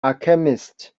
alchemist